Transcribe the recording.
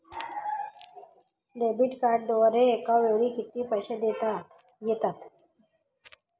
Debit कार्डद्वारे एकावेळी किती पैसे देता येतात?